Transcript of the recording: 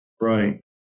Right